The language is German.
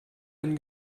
ein